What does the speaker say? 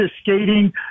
skating